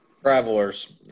Travelers